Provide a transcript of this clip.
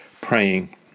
praying